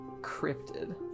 cryptid